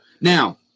Now